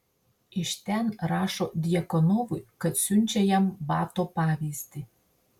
iš ten rašo djakonovui kad siunčia jam bato pavyzdį